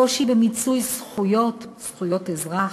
קושי במיצוי זכויות, זכויות אזרח,